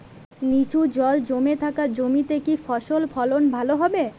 নিচু জল জমে থাকা জমিতে কি ফসল ফলন ভালো হবে?